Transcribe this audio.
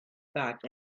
back